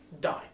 die